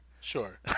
Sure